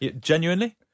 genuinely